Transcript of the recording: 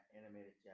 animated